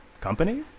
company